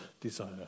desire